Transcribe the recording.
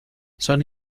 son